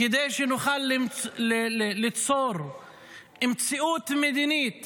כדי שנוכל ליצור מציאות מדינית